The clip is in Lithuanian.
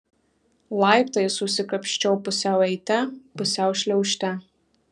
laiptais užsikapsčiau pusiau eite pusiau šliaužte